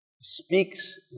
speaks